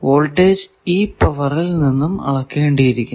voltage ഈ പവറിൽ നിന്നും അളക്കേണ്ടിയിരിക്കുന്നു